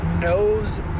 knows